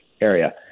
area